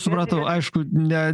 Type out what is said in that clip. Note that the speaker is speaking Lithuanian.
supratau aišku ne